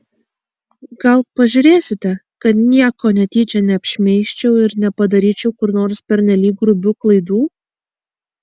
gal pažiūrėsite kad nieko netyčia neapšmeižčiau ir nepadaryčiau kur nors pernelyg grubių klaidų